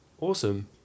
Awesome